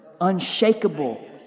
unshakable